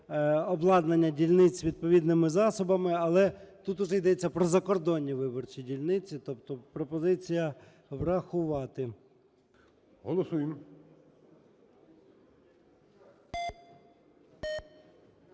обладнання дільниць відповідними засобами, але тут вже йдеться про закордонні виборчі дільниці. Тобто пропозиція врахувати. ГОЛОВУЮЧИЙ.